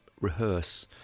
rehearse